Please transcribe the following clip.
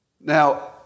Now